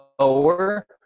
lower